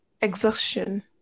Exhaustion